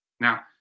Now